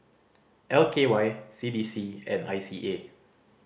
L K Y C D C and I C A